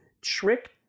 trick